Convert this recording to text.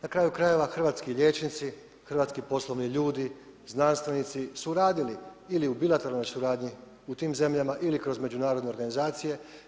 Na kraju krajeva hrvatski liječnici, hrvatski poslovni ljudi, znanstvenici su radili ili u bilateralnoj suradnji u tim zemljama ili kroz međunarodne organizacije.